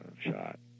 shot